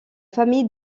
famille